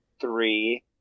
three